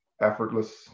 Effortless